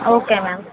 okay ma'am